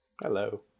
Hello